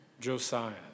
Josiah